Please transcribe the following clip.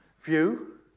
view